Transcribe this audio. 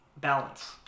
balance